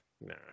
Nah